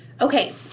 Okay